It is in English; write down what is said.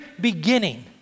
beginning